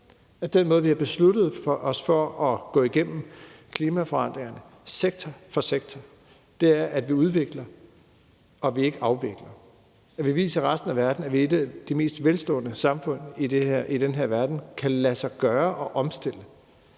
at den måde, vi har besluttet os for at gå igennem klimaforandringer sektor for sektor, er, at vi udvikler, og at vi ikke afvikler. Vi viser resten af verden, at det i et af de mest velstående samfund i den her verden kan lade sig gøre at omstille,